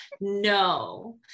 no